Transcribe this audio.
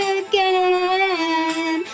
again